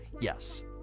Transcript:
yes